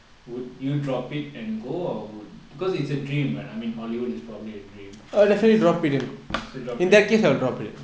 would you drop it and go or would because it's a dream right I mean hollywood is probably a dream so drop it and go